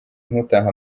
ntutahe